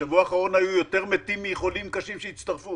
בשבוע האחרון היו יותר מתים מחולים קשים שירדו.